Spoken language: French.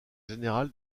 général